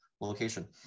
location